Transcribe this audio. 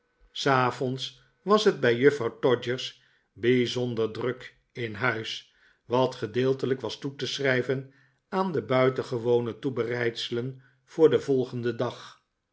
s avonds was het bij juffrouw todgers bijzonder druk in huis wat gedeeltelijk was toe te schrijveh aan de buitengewone toebereidselen voor den volgenden dagj